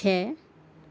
چھ